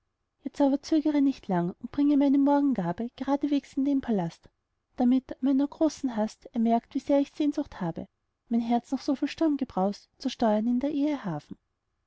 jetzt aber zögere nicht lang und bringe meine morgengabe geradeswegs in den palast damit an meiner großen hast er merkt wie sehr ich sehnsucht habe mein herz nach so viel sturmgebraus zu steuern in der